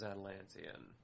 Atlantean